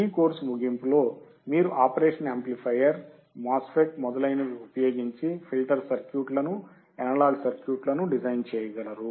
ఈ కోర్సు ముగింపులో మీరు ఆపరేషనల్ యాంప్లిఫయర్ మోస్ఫెట్ మొదలైనవి ఉపయోగించి ఫిల్టర్ సర్క్యూట్లను అనలాగ్ సర్క్యూట్లను డిజైన్ చేయగలరు